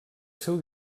seu